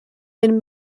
been